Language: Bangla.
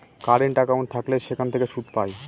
কারেন্ট একাউন্ট থাকলে সেখান থেকে সুদ পায়